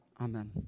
Amen